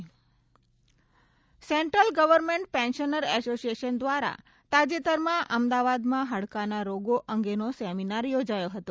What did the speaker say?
health camp Ahmedabad central government pensioner association દ્વારા તાજેતરમાં અમદાવાદમાં હાડકાના રોગો અંગેનો સેમિનાર યોજાયો હતો